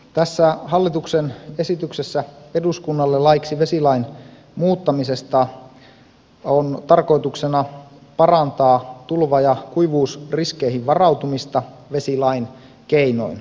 tässä hallituksen esityksessä eduskunnalle laiksi vesilain muuttamisesta on tarkoituksena parantaa tulva ja kuivuusriskeihin varautumista vesilain keinoin